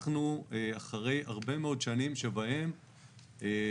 אנחנו אחרי הרבה מאוד שנים שבהם אנחנו